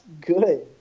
good